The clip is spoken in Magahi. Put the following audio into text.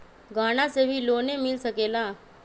गहना से भी लोने मिल सकेला?